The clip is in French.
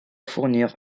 fournir